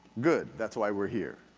good, that's why we're here.